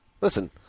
Listen